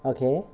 okay